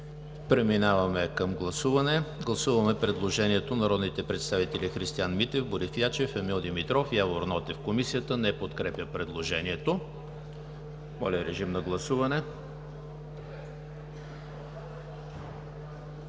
Преминаваме към гласуване. Гласуваме предложението народните представители Христиан Митев, Борис Ячев, Емил Димитров и Явор Нотев – Комисията не подкрепя предложението. Гласували